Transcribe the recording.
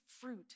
fruit